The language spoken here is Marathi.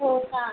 हो का